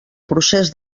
procés